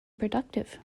productive